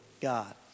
God